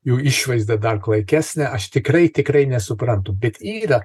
jo išvaizda dar klaikesnė aš tikrai tikrai nesuprantu bet yra